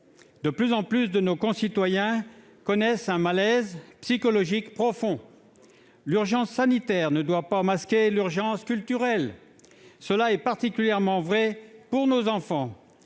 De plus en plus de nos concitoyens connaissent un malaise psychologique profond. L'urgence sanitaire ne doit pas masquer l'urgence culturelle. C'est particulièrement vrai concernant nos enfants.